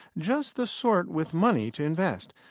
just the sort with money to invest.